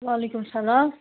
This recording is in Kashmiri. وعلیکُم سَلام